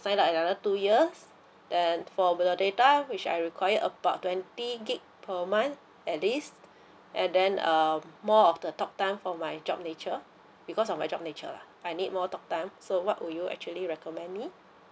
sign up another two years and for the data which I require about twenty gig per month at least and then um more of the talk time for my job nature because of my job nature lah I need more talk time so what would you actually recommend me